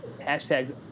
hashtags